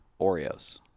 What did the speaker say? Oreos